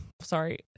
sorry